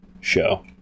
show